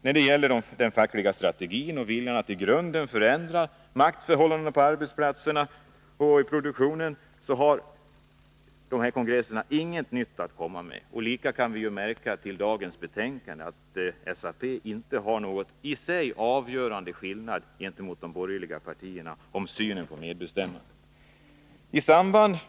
När det gäller den fackliga strategin och viljan att i grunden förändra maktförhållandena på arbetsplatserna och i produktionen har de båda kongresser som jag nämnt inget nytt att komma med. Likaså kan vi märka i dagens betänkande att det inte är någon avgörande skillnad mellan SAP och de tre borgerliga partierna i synen på medbestämmande.